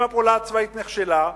אם הפעולה הצבאית נכשלה,